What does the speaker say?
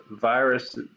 virus